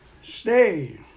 Stay